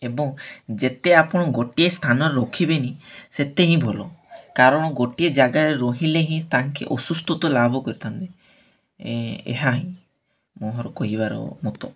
ଏବଂ ଯେତେ ଆପଣ ଗୋଟିଏ ସ୍ଥାନରେ ରଖିବେନି ସେତେ ହିଁ ଭଲ କାରଣ ଗୋଟିଏ ଜାଗାରେ ରହିଲେ ହିଁ ତାଙ୍କେ ଅସୁସ୍ଥତ୍ଵ ଲାଭ କରିଥାନ୍ତି ଏହା ହିଁ ମୋର କହିବାର ମତ